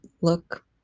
look